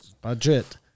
Budget